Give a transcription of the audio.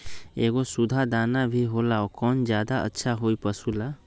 एगो सुधा दाना भी होला कौन ज्यादा अच्छा होई पशु ला?